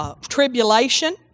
tribulation